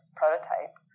prototype